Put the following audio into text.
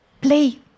Play